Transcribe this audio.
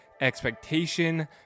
expectation